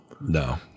no